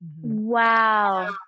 Wow